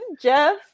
Jeff